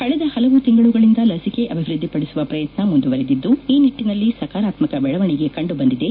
ಕಳೆದ ಹಲವು ತಿಂಗಳುಗಳಿಂದ ಲಸಿಕೆ ಅಭಿವೃದ್ಧಿ ಪಡಿಸುವ ಪ್ರಯತ್ನ ಮುಂದುವರೆದಿದ್ಲು ಈ ನಿಟ್ಲಿನಲ್ಲಿ ಸಕಾರಾತ್ಮಕ ಬೆಳವಣಿಗೆ ಕಂಡು ಬಂದಿದೆ